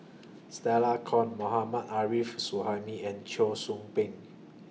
Stella Kon Mohammad Arif Suhaimi and Cheong Soo Pieng